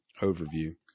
overview